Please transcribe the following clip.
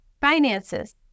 finances